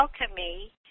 alchemy